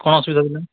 କ'ଣ ଅସୁବିଧା ହେଉଥିଲା